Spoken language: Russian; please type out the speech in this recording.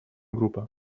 группа